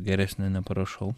geresnio neprašau